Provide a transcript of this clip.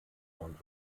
und